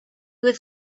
was